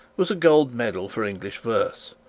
was a gold medal for english verse,